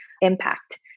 impact